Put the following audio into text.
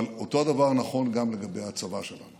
אבל אותו הדבר נכון גם לגבי הצבא שלנו